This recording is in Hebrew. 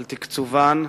על תקצובן.